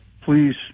please